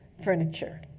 furniture.